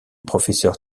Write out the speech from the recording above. professeur